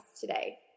today